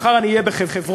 מחר אני אהיה בחברון,